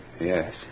Yes